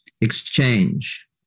exchange